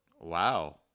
Wow